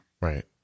right